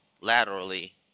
laterally